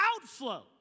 outflow